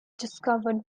discovered